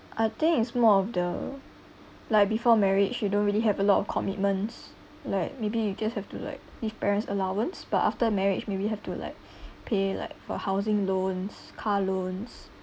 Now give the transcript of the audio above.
I think it's more of the like before marriage you don't really have a lot of commitments like maybe you just have to like give parents allowance but after marriage maybe have to like pay like for housing loans car loans